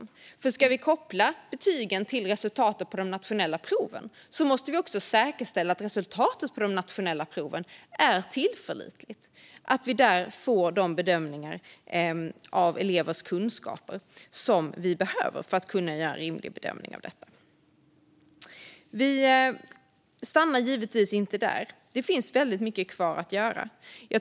Om vi ska koppla betygen till resultatet på de nationella proven måste vi också säkerställa att resultatet på de nationella proven är tillförlitligt och att vi där får de bedömningar av elevers kunskaper som vi behöver för att kunna göra en rimlig bedömning. Men vi stannar givetvis inte där, utan det finns mycket kvar att göra.